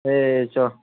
ꯑꯦ ꯆꯥ